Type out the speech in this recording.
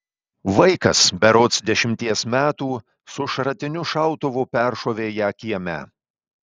vaikas berods dešimties metų su šratiniu šautuvu peršovė ją kieme